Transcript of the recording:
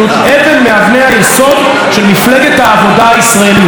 אבן מאבני היסוד של מפלגת העבודה הישראלית.